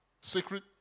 secret